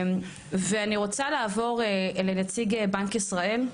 אני רוצה לעבור לנציג בנק ישראל,